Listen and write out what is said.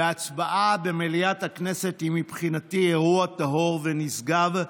והצבעה במליאת הכנסת היא מבחינתי אירוע טהור ונשגב,